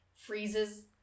freezes